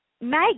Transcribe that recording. make